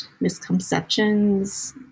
misconceptions